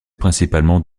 principalement